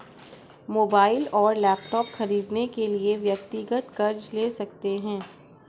mobile और laptop खरीदने के लिए व्यक्तिगत कर्ज ले सकते है